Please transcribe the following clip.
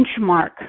benchmark